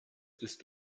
ist